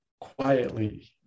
quietly